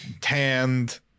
tanned